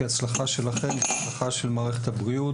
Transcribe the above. כי ההצלחה שלכם היא הצלחה של מערכת הבריאות